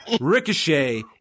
Ricochet